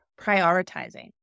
prioritizing